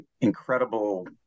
incredible